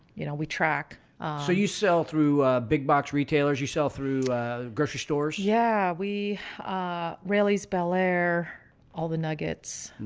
you know, we track so you sell through big box retailers you sell through grocery stores. yeah, we release bellaire all the nuggets.